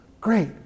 great